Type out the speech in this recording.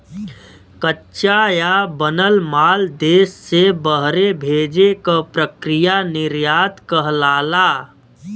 कच्चा या बनल माल देश से बहरे भेजे क प्रक्रिया निर्यात कहलाला